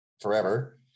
forever